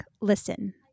Listen